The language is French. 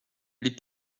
les